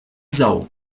sau